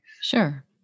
sure